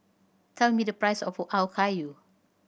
tell me the price of Okayu